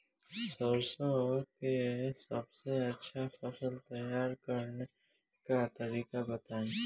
सरसों का सबसे अच्छा फसल तैयार करने का तरीका बताई